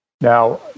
Now